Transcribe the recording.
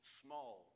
small